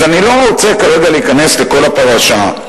אני לא רוצה כרגע להיכנס לכל הפרשה.